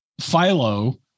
Philo